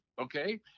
okay